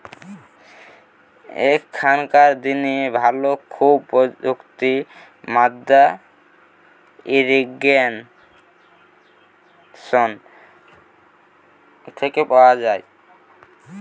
এখনকার দিনের ভালো সব প্রযুক্তি মাদ্দা ইরিগেশন থেকে পাওয়া যায়